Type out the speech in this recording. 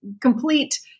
complete